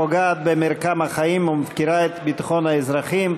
פוגעת במרקם החיים ומפקירה את ביטחון האזרחים,